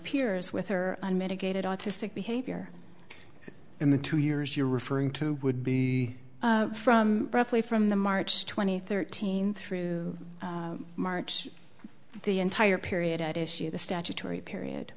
peers with her unmitigated autistic behavior in the two years you're referring to would be from roughly from the march twenty third team through march the entire period at issue the statutory period